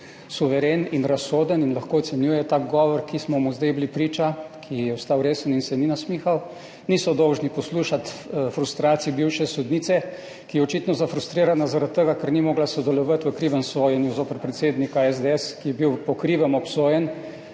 suveren in razsoden in lahko ocenjuje ta govor, ki smo mu zdaj bili priča, ki je ostal resen in se ni nasmihal, niso dolžni poslušati frustracij bivše sodnice, ki je očitno zafrustrirana zaradi tega, ker ni mogla sodelovati v krivem sojenju zoper predsednika SDS, ki je bil po krivem obsojen